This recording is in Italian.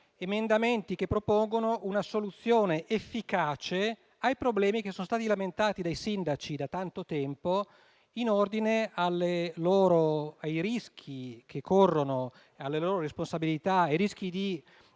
emendamenti che propongono una soluzione efficace ai problemi che sono stati lamentati dai sindaci da tanto tempo in ordine alle loro responsabilità e ai rischi di